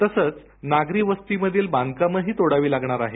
तसंच नागरी वस्तीमधील बांधकामंही तोडावी लागणार आहेत